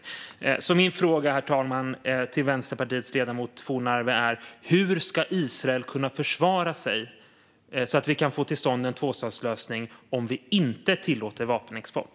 Herr talman! Min fråga till Vänsterpartiets ledamot Johnsson Fornarve är därför: Hur ska Israel kunna försvara sig så att vi kan få till stånd en tvåstatslösning om vi inte tillåter vapenexport?